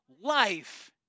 Life